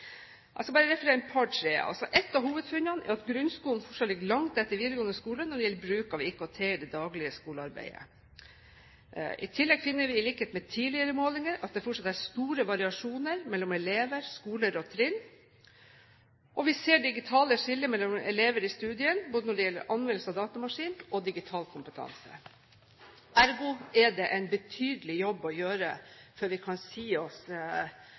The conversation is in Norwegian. bare referere til et par–tre punkter. Et av hovedfunnene er at grunnskolen fortsatt ligger langt etter videregående skole når det gjelder bruk av IKT i det daglige skolearbeidet. I tillegg finner vi i likhet med tidligere målinger at det fortsatt er store variasjoner mellom elever, skoler og trinn, og vi ser digitale skiller mellom elever i studien, både når det gjelder anvendelse av datamaskin og digital kompetanse. Ergo er det en betydelig jobb å gjøre før vi kan si oss